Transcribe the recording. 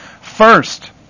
first